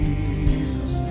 Jesus